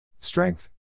Strength